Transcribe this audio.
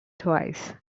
twice